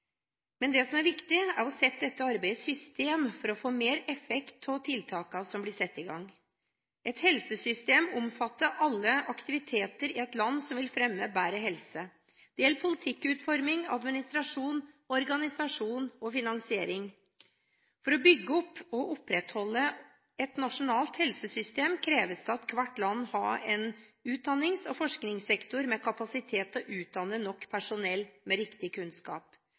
men det som er viktig, er å sette dette arbeidet i system for å få mer effekt av tiltakene som blir satt i gang. Et helsesystem omfatter alle aktiviteter i et land som vil fremme bedre helse. Det gjelder politikkutforming, administrasjon, organisering og finansiering. For å bygge opp og opprettholde et nasjonalt helsesystem kreves det at hvert land har en utdannings- og forskningssektor med kapasitet til å utdanne nok personell med riktig kunnskap.